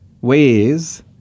ways